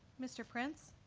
mr. prince?